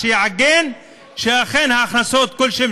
שיעגן שאכן הכנסות כלשהן,